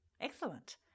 Excellent